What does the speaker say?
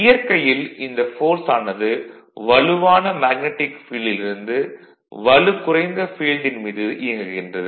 இயற்கையில் இந்த ஃபோர்ஸ் ஆனது வலுவான மேக்னடிக் ஃபீல்டில் இருந்து வலுகுறைந்த ஃபீல்டின் மீது இயங்குகிறது